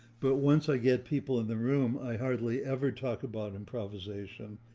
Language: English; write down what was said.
but once i get people and the room, i hardly ever talk about improvisation.